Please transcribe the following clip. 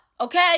Okay